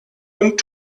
und